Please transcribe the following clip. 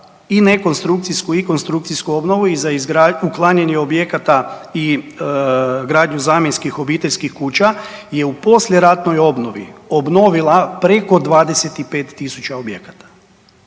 i nekonstrukcijsku i konstrukcijsku obnovu i za .../nerazumljivo/... uklanjanje objekata i gradnju zamjenskih obiteljskih kuća je u poslijeratnoj obnovi obnovila preko 25 tisuća objekata.